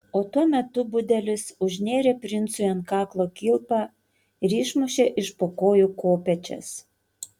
o tuo metu budelis užnėrė princui ant kaklo kilpą ir išmušė iš po kojų kopėčias